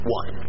one